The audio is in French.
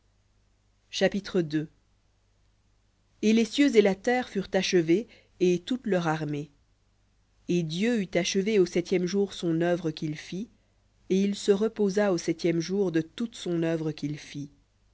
chapitre et les cieux et la terre furent achevés et toute leur armée et dieu eut achevé au septième jour son œuvre qu'il fit et il se reposa au septième jour de toute son œuvre qu'il fit